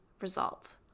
result